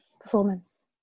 Performance